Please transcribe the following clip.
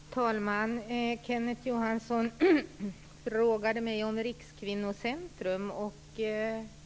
Fru talman! Kenneth Johansson frågade mig om Rikskvinnocentrum.